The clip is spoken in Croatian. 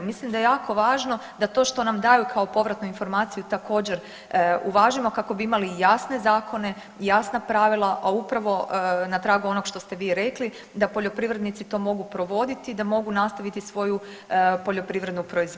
Mislim da je jako važno da to što nam daju kao povratnu informaciju također uvažimo kako bi imali jasne zakone i jasna pravila, a upravo na tragu onog što ste vi rekli da poljoprivrednici to mogu provoditi i da mogu nastaviti svoju poljoprivrednu proizvodnju.